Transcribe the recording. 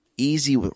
Easy